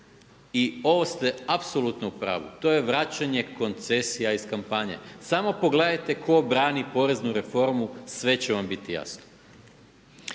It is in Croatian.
I ovo ste apsolutno u pravu, to je vraćanje koncesija iz kampanje. Samo pogledajte tko brani poreznu reformu sve će vam biti jasno.